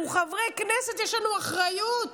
אנחנו חברי כנסת, יש לנו אחריות.